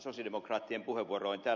täällä ed